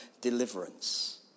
deliverance